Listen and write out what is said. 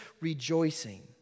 rejoicing